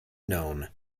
known